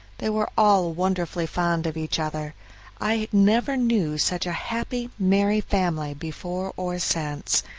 they were all wonderfully fond of each other i never knew such a happy, merry family before or since.